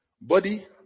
body